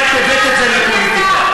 אתה הולך לפוליטיקה.